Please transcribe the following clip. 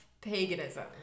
paganism